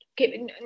Okay